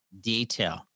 detail